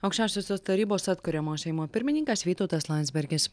aukščiausiosios tarybos atkuriamojo seimo pirmininkas vytautas landsbergis